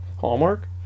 Hallmark